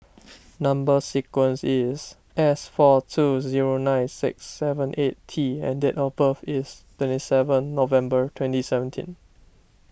Number Sequence is S four two zero nine six seven eight T and date of birth is twenty seven November twenty seventeen